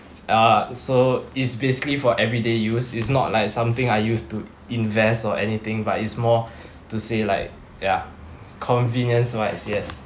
uh so it's basically for everyday use it's not like something I use to invest or anything but it's more to say like ya convenience wise yes